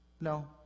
no